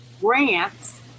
grants